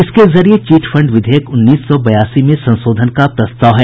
इसके जरिये chit fund विधेयक उन्नीस सौ बयासी में संशोधन का प्रस्ताव है